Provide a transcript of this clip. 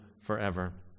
forever